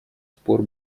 спор